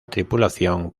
tripulación